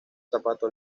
zapato